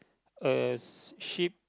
a ship